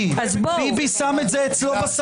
כי הם יודעים שהקייטנה שלהם עוד